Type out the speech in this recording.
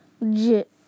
Legit